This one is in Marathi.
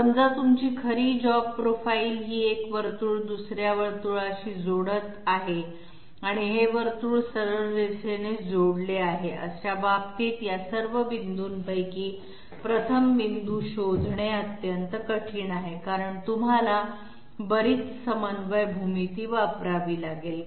समजा तुमची खरी जॉब प्रोफाईल ही एक वर्तुळ दुसर्या वर्तुळाशी जोडत आहे आणि हे वर्तुळ सरळ रेषेने जोडले आहे अशा बाबतीत या सर्व पॉईंटंपैकी प्रथम पॉईंटं शोधणे अत्यंत कठीण आहे कारण तुम्हाला बरीच समन्वय भूमिती वापरावी लागेल